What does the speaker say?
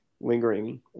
lingering